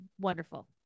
wonderful